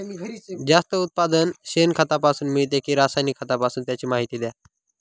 जास्त उत्पादन शेणखतापासून मिळते कि रासायनिक खतापासून? त्याची माहिती द्या